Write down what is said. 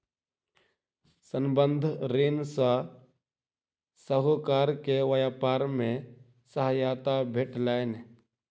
संबंद्ध ऋण सॅ साहूकार के व्यापार मे सहायता भेटलैन